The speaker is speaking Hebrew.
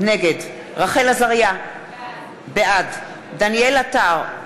נגד רחל עזריה, בעד דניאל עטר,